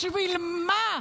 בשביל מה?